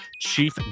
Chief